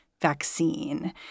vaccine